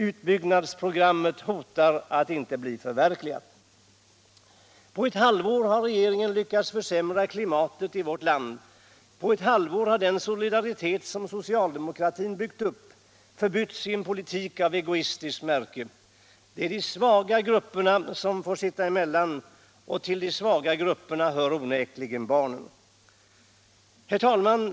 Utbyggnadsprogrammet hotar att inte bli förverkligat. På ett halvår har regeringen lyckats försämra klimatet i vårt land. På ett halvår har den solidaritet som socialdemokratin byggt upp förbytts i en politik av egoistiskt märke. Det är de svaga grupperna som får sitta emellan. Och till de svaga grupperna hör onekligen barnen. Herr talman!